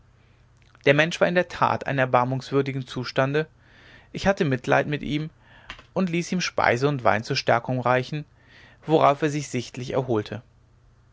der mensch war in der tat in einem erbarmungswürdigen zustande ich hatte mitleiden mit ihm und ließ ihm speise und wein zur stärkung reichen worauf er sich sichtlich erholte